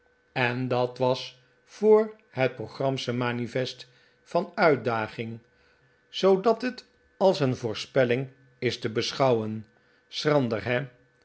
en dat was voor het pogramsche manifest pogrammiana van uitdaging zoodat het als een voorspelling is te beschouwen schrander he